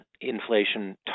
inflation